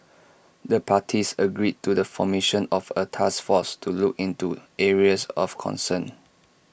the parties agreed to the formation of A task force to look into areas of concern